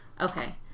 Okay